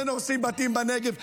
כן הורסים בתים בנגב.